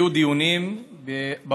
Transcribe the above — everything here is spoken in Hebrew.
היו דיונים בוועדות.